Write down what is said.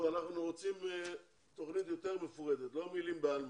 אנחנו רוצים תוכנית יותר מפורטת ולא מילים בעלמא.